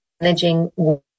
managing